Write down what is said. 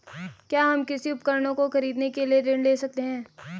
क्या हम कृषि उपकरणों को खरीदने के लिए ऋण ले सकते हैं?